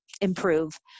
improve